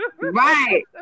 Right